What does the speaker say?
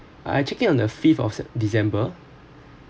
I check in on the fifth of december